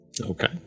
Okay